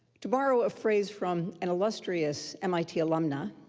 to borrow a phrase from an illustrious mit alumna,